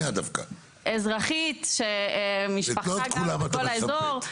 עובדת --- אזרחית שמשפחתה גרה בכל האזור,